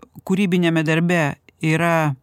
kūrybiniame darbe yra